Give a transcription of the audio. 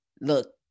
look